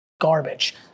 garbage